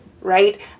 right